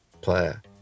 player